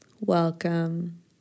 Welcome